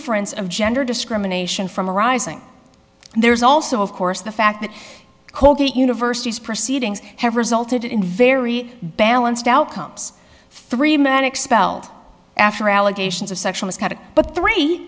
of gender discrimination from arising there is also of course the fact that colgate university is proceedings have resulted in very balanced outcomes three men expelled after allegations of sexual misconduct but three